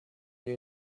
you